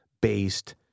based